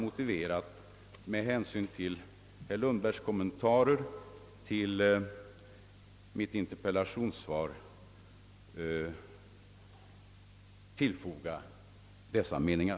Med hänsyn till herr Lundbergs kommentarer till mitt interpellationssvar har jag funnit det motiverat att tillfoga dessa synpunkter.